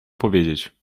powiedzieć